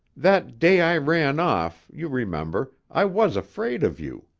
that day i ran off you remember i was afraid of you.